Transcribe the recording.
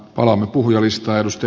palaamme puhujalistaan